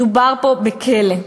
מדובר פה בכלא.